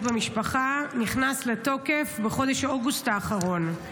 במשפחה נכנס לתוקף בחודש אוגוסט האחרון.